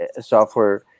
software